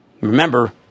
Remember